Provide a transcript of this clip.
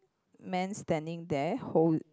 man standing there hol~